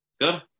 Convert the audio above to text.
Good